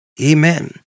Amen